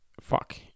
fuck